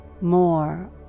More